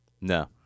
No